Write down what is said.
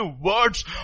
words